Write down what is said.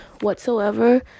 whatsoever